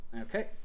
Okay